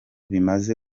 bimaze